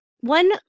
One